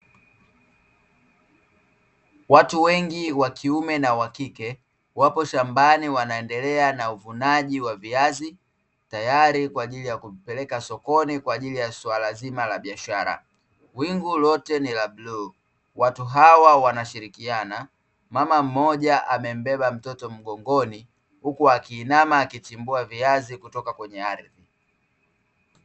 Watu wengi wa kiume na wa kike wapo shambani wanaendelea na uvunaji wa viazi tayari kwa ajili ya kuvipeleka sokoni kwa ajili ya swala zima la biashara. Wingu lote ni la bluu, watu hawa wanashirikiana. Mama mmoja amembeba mtoto mgongoni huku akiinama akichimbua viazi kutoka kwenye ardhi.